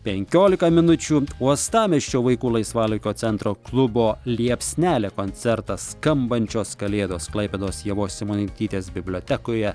penkiolika minučių uostamiesčio vaikų laisvalaikio centro klubo liepsnelė koncertas skambančios kalėdos klaipėdos ievos simonaitytės bibliotekoje